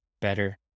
better